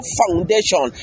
foundation